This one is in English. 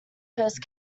first